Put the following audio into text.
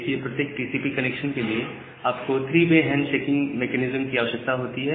देखिए प्रत्येक TCP connection के लिए आप को 3 वे हैंड शेकिंग की आवश्यकता होती है